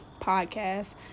podcast